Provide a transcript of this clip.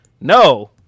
No